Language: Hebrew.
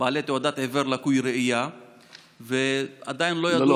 בעלי תעודת עיוור/לקוי ראייה ועדיין לא,